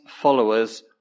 followers